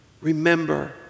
Remember